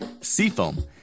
seafoam